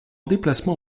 déplacement